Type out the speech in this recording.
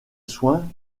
sont